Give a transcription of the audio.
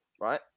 right